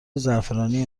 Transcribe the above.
زعفرانی